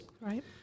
Right